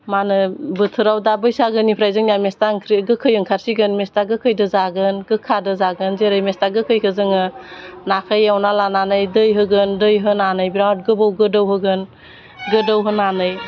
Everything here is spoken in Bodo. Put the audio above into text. मा होनो बोथोराव दा बैसागोनिफ्राय जोंनिया मेस्था ओंख्रि गोखै ओंखारसिगोन मेस्था गोखैखौ जागोन गोखादो जागोन जेरै मेस्था गोखैखौ जोङो नाखौ एवना लानानै दै होगोन दै होनानै बिराथ गोबाव गोदौहोगोन गोदौहोनानै